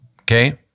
Okay